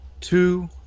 Two